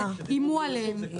איימו עליהם.